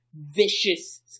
vicious